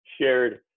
shared